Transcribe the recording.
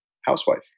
housewife